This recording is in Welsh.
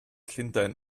llundain